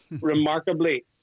remarkably